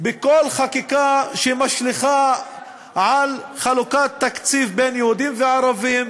בכל חקיקה שמשליכה על חלוקת תקציב בין יהודים וערבים.